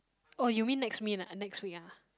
oh you mean next mean ah next week ah